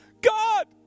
God